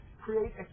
create